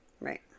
Right